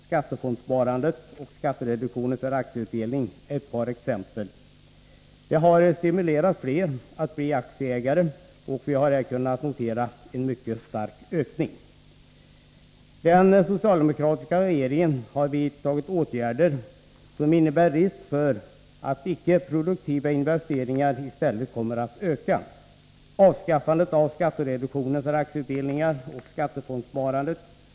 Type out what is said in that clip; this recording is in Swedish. Skattefondssparandet och skattereduktionen för aktieutdelningar är ett par exempel. Det har stimulerat fler att bli aktieägare, och vi har här kunnat notera en mycket stark ökning. Den socialdemokratiska regeringen har vidtagit åtgärder som innebär risk för att sparande i icke produktiva investeringar i stället kommer att öka. Man har avskaffat skattereduktionen för aktieutdelningar och skattefondssparandet.